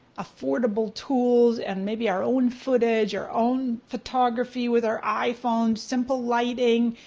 affordable tools and maybe our own footage, our own photography with our iphones, simple lighting.